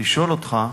לשאול אותך: